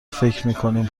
فکرمیکنیم